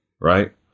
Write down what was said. right